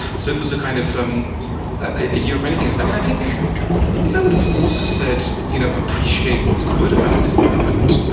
so it was a kind of ah year of many things. i mean, i think think i would have also said you know appreciate what's good about this moment.